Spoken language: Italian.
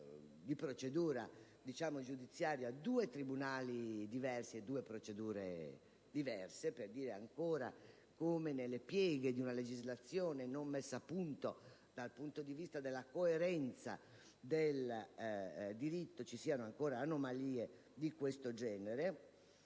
di procedimento giudiziario, due tribunali diversi e due procedure diverse. Ciò per sottolineare come, nelle pieghe di una legislazione non messa a punto dal punto di vista della coerenza del diritto, ci siano ancora anomalie di questo genere.